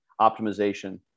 optimization